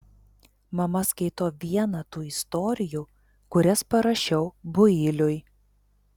mama skaito vieną tų istorijų kurias parašiau builiui